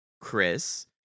Chris